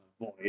Void